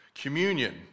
Communion